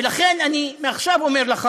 ואני מעכשיו אומר לך